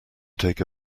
take